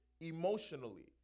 emotionally